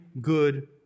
good